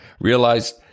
realized